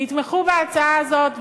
תתמכו בהצעה הזאת,